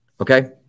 Okay